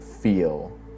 feel